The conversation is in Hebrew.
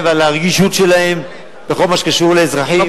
ועל הרגישות שלהם בכל מה שקשור לאזרחים,